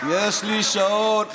יש לי שעון,